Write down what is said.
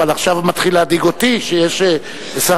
אבל עכשיו מתחיל להדאיג אותי שיש לשר